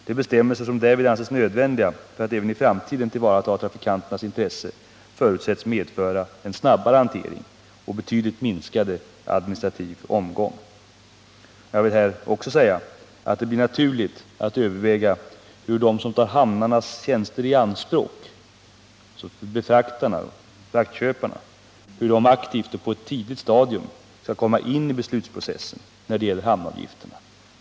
De bestämmelser som därvid anses nödvändiga för att även i framtiden tillvarata trafikanternas intresse förutsätts medföra en snabbare hantering och betydligt minskad administrativ omgång. Jag vill här också säga att det blir naturligt att överväga hur de som tar hamnarnas tjänster i anspråk, fraktköparna, på ett tidigt stadium aktivt skall komma in i beslutsprocessen när det gäller hamnavgifterna.